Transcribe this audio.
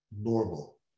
normal